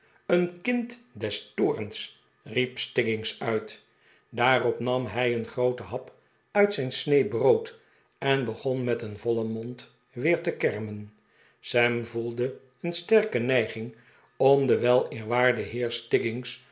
een kind des toorns riep stiggins uit daarop nam hij een grooten hap uit zijn snee brood en begon met een vollen mond weer te kermen sam voelde een sterke neiging om den weleerwaarden heer